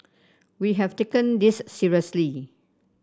we have taken this seriously